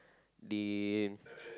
they